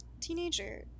teenager